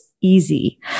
easy